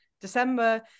December